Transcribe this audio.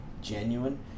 genuine